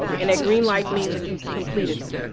and a green light means that you've completed them.